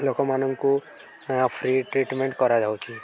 ଲୋକମାନଙ୍କୁ free treatment କରାଯାଉଛି